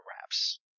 wraps